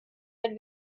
ein